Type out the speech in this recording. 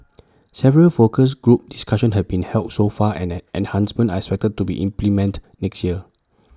several focus group discussions have been held so far and in enhancements are expected to be implemented next year